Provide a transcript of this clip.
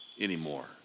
anymore